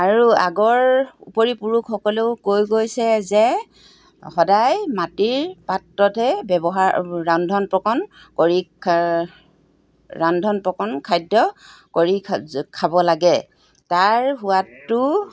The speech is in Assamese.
আৰু আগৰ উপৰি পুৰুষসকলেও কৈ গৈছে যে সদায় মাটিৰ পাত্ৰতে ব্যৱহাৰ ৰন্ধন প্ৰকৰণ কৰি ৰন্ধন প্ৰকৰণ খাদ্য কৰি খাব লাগে তাৰ সোৱাদটো